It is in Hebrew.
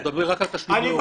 הוא מדבר רק על תשלומי הורים.